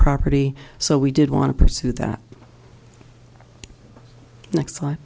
property so we did want to pursue that next time